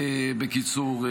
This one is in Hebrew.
בקיצור.